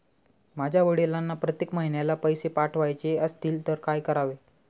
माझ्या वडिलांना प्रत्येक महिन्याला पैसे पाठवायचे असतील तर काय करावे?